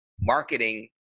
marketing